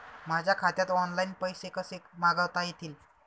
माझ्या खात्यात ऑनलाइन पैसे कसे मागवता येतील?